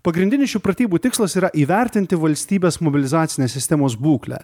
pagrindinis šių pratybų tikslas yra įvertinti valstybės mobilizacinės sistemos būklę